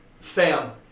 Fam